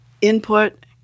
input